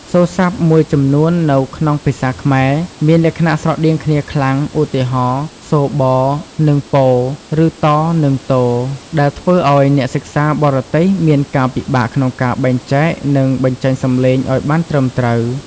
សូរស័ព្ទមួយចំនួននៅក្នុងភាសាខ្មែរមានលក្ខណៈស្រដៀងគ្នាខ្លាំង ឧទាហរណ៍ សូរ ប និង ព ឬ ត និង ទ ដែលធ្វើឱ្យអ្នកសិក្សាបរទេសមានការពិបាកក្នុងការបែងចែក និងបញ្ចេញសំឡេងឱ្យបានត្រឹមត្រូវ។